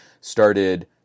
started